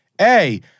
A-